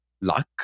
luck